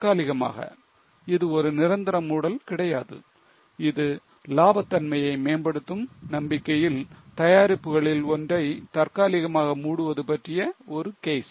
தற்காலிகமாக இது ஒரு நிரந்தர மூடல் கிடையாது இது லாப தன்மையை மேம்படுத்தும் நம்பிக்கையில் தயாரிப்புகளில் ஒன்றை தற்காலிகமாக மூடுவது பற்றிய ஒரு கேஸ்